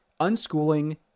unschooling